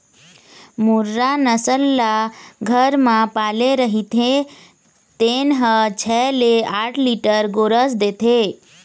मुर्रा नसल ल घर म पाले रहिथे तेन ह छै ले आठ लीटर गोरस देथे